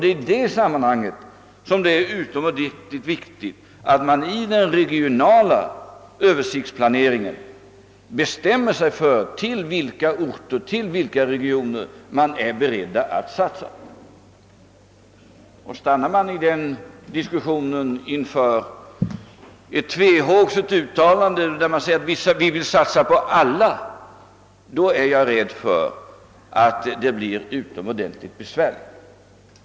Men i det sammanhanget är det utomordentligt viktigt att man i den regionala Ööversiktsplaneringen bestämmer sig för vilka orter och regioner man är beredd att satsa på. Om man i den diskussionen stannar för ett tvehågset uttalande och säger att vi vill satsa på alla orter, så är jag rädd för att vi får utomordentligt stora besvärligheter.